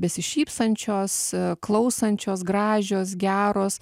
besišypsančios klausančios gražios geros